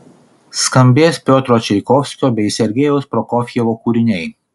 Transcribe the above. skambės piotro čaikovskio bei sergejaus prokofjevo kūriniai